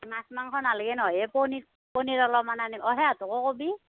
মাছ মাংস নালাগে নহয়েই পনীৰ পনীৰ অলপমান আনিব অ সিহঁতকো ক'বি